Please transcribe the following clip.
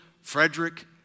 Frederick